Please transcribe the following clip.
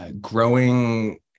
growing